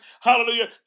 hallelujah